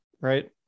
right